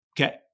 Okay